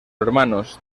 hermanos